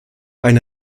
eine